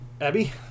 Abby